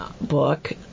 Book